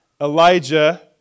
Elijah